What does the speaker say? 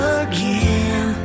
again